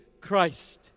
Christ